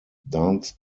dance